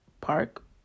Park